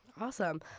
Awesome